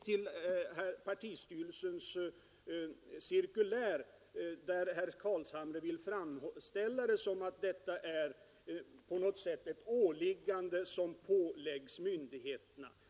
Herr Carlshamre vill framställa partistyrelsens cirkulär som om det på något sätt innebure ett åläggande för myndigheterna.